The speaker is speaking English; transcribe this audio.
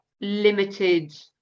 limited